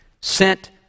sent